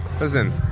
Listen